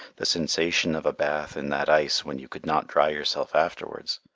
the sensation of a bath in that ice when you could not dry yourself afterwards,